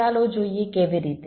ચાલો જોઈએ કેવી રીતે